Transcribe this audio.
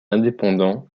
indépendant